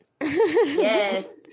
yes